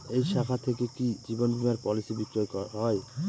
এই শাখা থেকে কি জীবন বীমার পলিসি বিক্রয় হয়?